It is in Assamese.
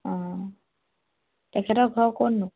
অঁ তেখেতৰ ঘৰ ক'তনো